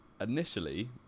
Initially